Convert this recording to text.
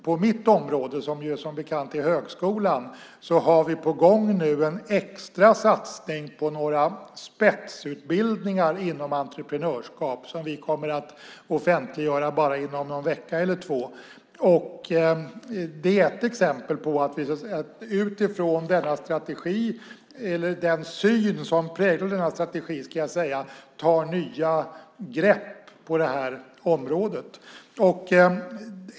På mitt område, som bekant är högskolan, har vi på gång en extra satsning på några spetsutbildningar i entreprenörskap som vi kommer att offentliggöra bara inom någon vecka eller två. Det är ett exempel på att vi utifrån den syn som präglar denna strategi tar nya grepp på området.